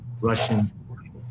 Russian